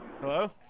hello